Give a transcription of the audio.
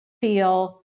feel